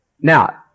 Now